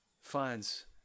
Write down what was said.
finds